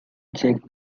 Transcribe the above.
check